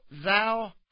thou